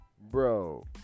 Bro